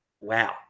Wow